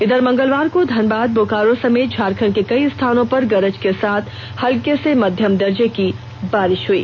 इधर मंगलवार को धनबाद बोकारो समेत झारखंड के कई स्थानों पर गरज के साथ हल्के से मध्यम दर्जे की बारिश हुई